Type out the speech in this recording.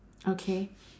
okay